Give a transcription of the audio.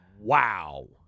Wow